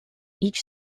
each